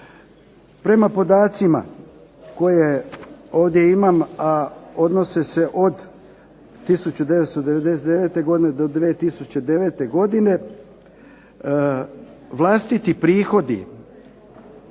Prema podacima koje ovdje imam a odnose se od 1999. godine do 2009. godine, vlastiti prihodi